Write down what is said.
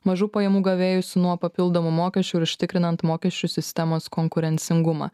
mažų pajamų gavėjus nuo papildomų mokesčių ir užtikrinant mokesčių sistemos konkurencingumą